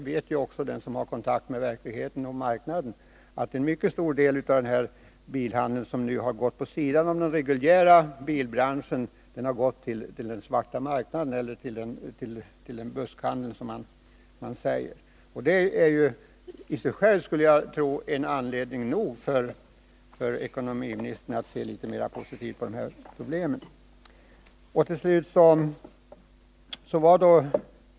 Men den som har kontakt med marknaden vet att en mycket stor del av bilhandeln vid sidan om den reguljära bilbranschen går till den svarta marknaden eller buskhandeln, som man säger. Det bör vara anledning nog för ekonomiministern att se litet mer positivt när det gäller en lösning av de här problemen.